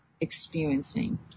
experiencing